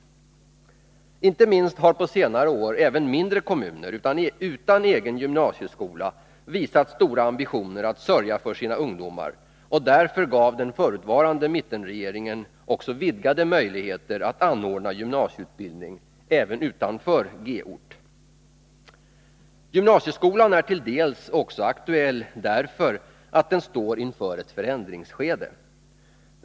Inte minst har på senare år även mindre kommuner utan egen gymnasieskola visat stora ambitioner att sörja för sina ungdomar, och därför gav den förutvarande mittenregeringen också vidgade möjligheter att anordna gymnasieutbildning även utanför G-ort. Gymnasieskolan är till dels också aktuell därför att den står inför en förändring.